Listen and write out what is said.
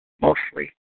mostly